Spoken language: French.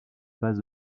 pas